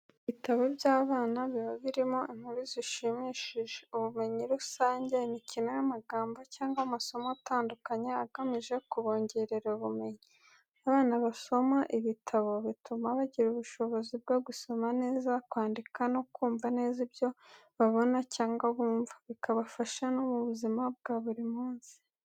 Ibitabo by'abana biba birimo inkuru zishimishije, ubumenyi rusange, imikino y'amagambo, cyangwa amasomo atandukanye agamije kubongerera ubumenyi. Abana basoma ibitabo bituma bagira ubushobozi bwo gusoma neza, kwandika no kumva neza ibyo babona cyangwa bumva, bikabafasha no mu buzima bwa buri munsi.